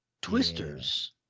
Twisters